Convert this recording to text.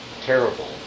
terrible